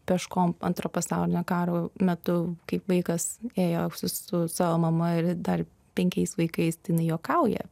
peškom antro pasaulinio karo metu kaip vaikas ėjo su savo mama ir dar penkiais vaikais tai jinai juokauja